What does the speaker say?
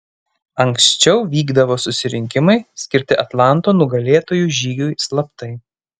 anksčiau vykdavo susirinkimai skirti atlanto nugalėtojų žygiui slaptai